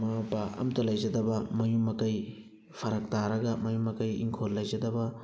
ꯃꯃꯥ ꯃꯄꯥ ꯑꯝꯇ ꯂꯩꯖꯗꯕ ꯃꯌꯨꯝ ꯃꯀꯩ ꯐꯔꯛ ꯇꯥꯔꯒ ꯃꯌꯨꯝ ꯃꯀꯩ ꯏꯪꯈꯣꯜ ꯂꯩꯖꯗꯕ